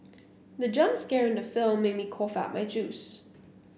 the jump scare in the film made me cough out my juice